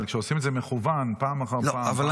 אבל כשעושים את זה במכוון פעם אחר פעם,